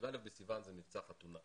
י"א בסיון זה "מבצע חתונה".